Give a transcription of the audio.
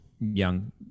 young